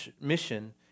mission